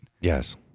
Yes